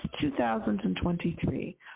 2023